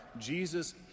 Jesus